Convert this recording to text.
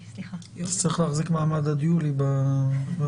צריך להחזיק מעמד על יולי בוועדה.